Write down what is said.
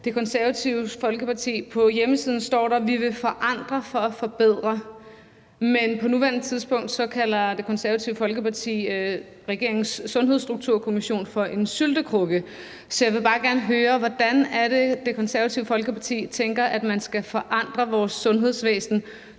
Det Konservative Folkepartis hjemmeside. På hjemmesiden står der: Vi vil forandre for at forbedre. Men på nuværende tidspunkt kalder Det Konservative Parti regeringens Sundhedsstrukturkommission for en syltekrukke. Så jeg vil bare gerne høre: Hvordan tænker Det Konservative Folkeparti at man skal forandre vores sundhedsvæsen,